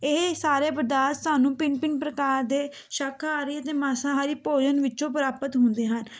ਇਹ ਸਾਰੇ ਪਦਾਰਥ ਸਾਨੂੰ ਭਿੰਨ ਭਿੰਨ ਪ੍ਰਕਾਰ ਦੇ ਸ਼ਾਕਾਹਾਰੀ ਅਤੇ ਮਾਸਾਹਾਰੀ ਭੋਜਨ ਵਿੱਚੋਂ ਪ੍ਰਾਪਤ ਹੁੰਦੇ ਹਨ